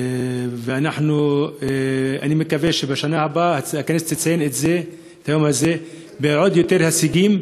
אני מקווה שבשנה הבאה הכנסת תציין את היום הזה בעוד יותר הישגים,